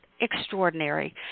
extraordinary